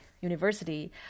University